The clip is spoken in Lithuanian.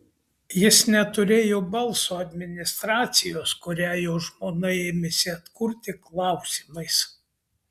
jis neturėjo balso administracijos kurią jo žmona ėmėsi atkurti klausimais